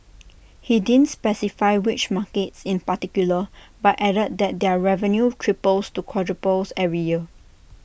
he didn't specify which markets in particular but added that their revenue triples to quadruples every year